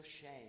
shame